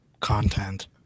content